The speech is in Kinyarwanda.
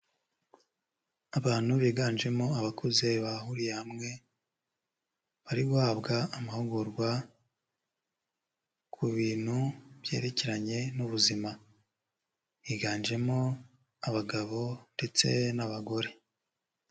Abantu biganjemo abakuze bahuriye hamwe, bari guhabwa amahugurwa ku bintu byerekeranye n'ubuzima. Higanjemo abagabo ndetse n'abagore.